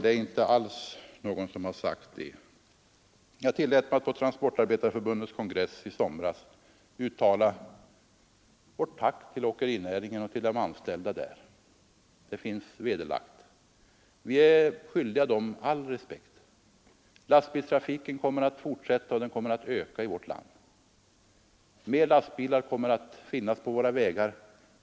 Det är inte alls någon som har gjort det, herr Dahlgren. Jag tillät mig att på Transportarbetareförbundets kongress i somras uttala vårt tack till åkerinäringen och till de anställda inom den. Det finns belagt. Vi är skyldiga dem all respekt. Lastbilstrafiken kommer att fortsätta, och den kommer att öka i vårt land. Fler lastbilar kommer att finnas på våra vägar.